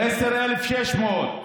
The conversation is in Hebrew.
10,600,